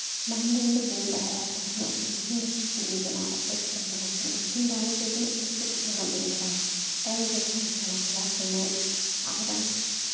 ᱢᱟᱲᱟᱝ ᱫᱚ ᱤᱧᱫᱚ ᱵᱟᱹᱧ ᱵᱟᱲᱟᱭᱟ ᱛᱟᱦᱮᱱᱚᱜ ᱠᱤ ᱱᱩᱠᱤᱱ ᱫᱚᱠᱤᱱ ᱪᱤᱞᱤ ᱠᱟᱱᱟ ᱚᱠᱚᱭ ᱛᱟᱹᱠᱤᱱ ᱠᱟᱱᱟᱠᱤᱱ ᱩᱱᱠᱤᱱ ᱵᱟᱨᱮ ᱛᱮᱫᱚ ᱤᱧᱫᱚ ᱪᱮᱫ ᱦᱚᱛᱚ ᱦᱟᱸᱜ ᱵᱟᱹᱧ ᱵᱟᱲᱟᱭᱟ ᱛᱟᱭᱚᱢ ᱡᱚᱠᱷᱚᱱ ᱤᱧ ᱥᱮᱬᱟ ᱠᱞᱟᱥ ᱤᱱᱟᱹᱧ ᱟᱨ